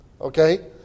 okay